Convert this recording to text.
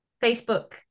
Facebook